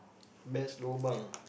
best lobang